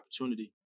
opportunity